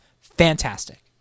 fantastic